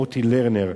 מוטי לרנר,